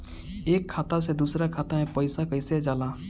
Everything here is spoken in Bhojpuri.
एक खाता से दूसर खाता मे पैसा कईसे जाला?